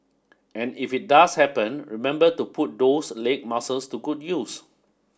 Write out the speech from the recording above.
and if it does happen remember to put those leg muscles to good use